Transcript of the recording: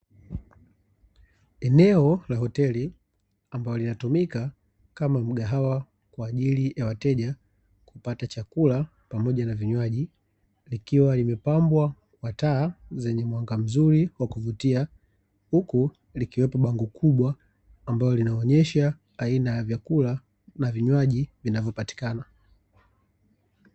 Eneo la hoteli ambalo linalotumika kama mgawaha kwa ajili ya wateja, kupata chakula pamoja na vinywaji ikiwa imepambwa mataa yenye mwanga mzuri wa kuvutia huku likiwa bango kubwa linalo onesha, aina ya vyakula na vinywaji vinavyopatikana.